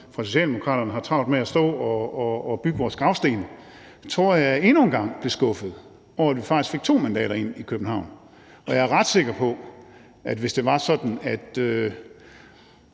for Socialdemokraterne har travlt med at stå at sætte en gravsten over os, tror jeg endnu en gang blev skuffede over, at vi faktisk fik to mandater ind i Københavns Borgerrepræsentation. Jeg er ret sikker på, at hvis det var sådan, at